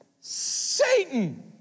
Satan